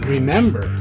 Remember